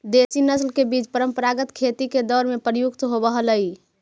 देशी नस्ल के बीज परम्परागत खेती के दौर में प्रयुक्त होवऽ हलई